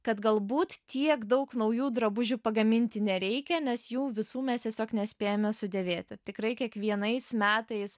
kad galbūt tiek daug naujų drabužių pagaminti nereikia nes jų visų mes tiesiog nespėjame sudėvėti tikrai kiekvienais metais